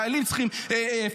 חיילים צריכים אפודים,